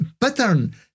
pattern